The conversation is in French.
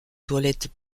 toilettes